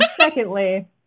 secondly